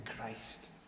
Christ